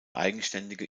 eigenständige